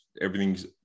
Everything's